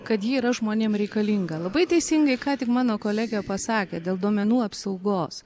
kad ji yra žmonėm reikalinga labai teisingai ką tik mano kolegė pasakė dėl duomenų apsaugos